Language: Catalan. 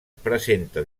presenta